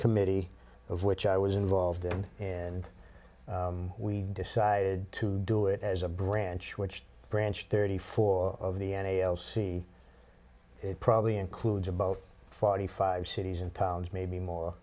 committee of which i was involved in and we decided to do it as a branch which branch thirty four of the n a l c probably includes about forty five cities and towns maybe more